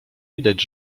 widać